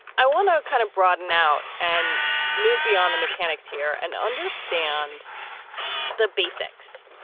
i want to kind of broaden out and move beyond the mechanics here and understand the basics.